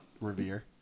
Revere